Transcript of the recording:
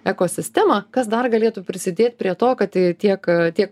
ekosistemą kas dar galėtų prisidėt prie to kad tiek tiek